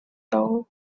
доо